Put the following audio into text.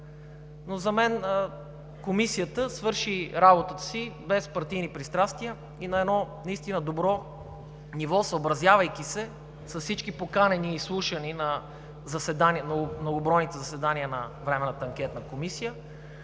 За мен Комисията свърши работата си без партийни пристрастия и на едно наистина добро ниво, съобразявайки се с всички поканени и изслушани на многобройните заседания на Временната анкетна комисия.